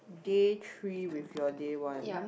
day three with your day one